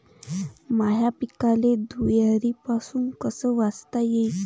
माह्या पिकाले धुयारीपासुन कस वाचवता येईन?